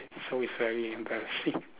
so it's very embarrassing